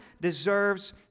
deserves